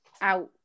out